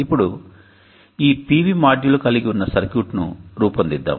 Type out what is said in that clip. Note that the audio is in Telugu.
ఇప్పుడు ఈ PV మాడ్యూల్ కలిగి ఉన్న సర్క్యూట్ను రూపొందిద్దాం